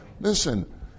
Listen